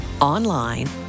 online